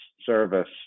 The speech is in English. service